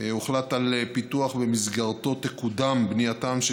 הוחלט על פיתוח שבמסגרתו תקודם בנייתן של